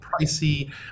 pricey